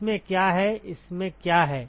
इसमें क्या है इसमें क्या है